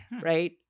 right